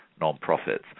nonprofits